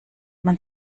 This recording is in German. man